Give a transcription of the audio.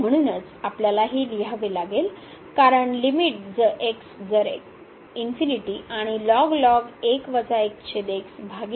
म्हणूनच आपल्याला हे लिहावे लागेल कारण लिमिट x जर आणि भागिले